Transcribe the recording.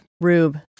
Rube